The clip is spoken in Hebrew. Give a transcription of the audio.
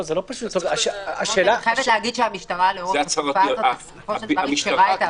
אני חייבת להגיד שהמשטרה לאורך התקופה הזאת אפשרה את ההפגנות.